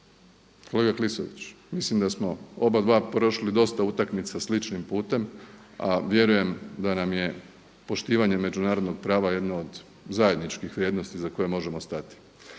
kolega Klisović, mislim da smo oba dva prošli dosta utakmica sličnim putem a vjerujem da nam je poštivanje međunarodnog prava jedno od zajedničkih vrijednosti iza koje možemo stati.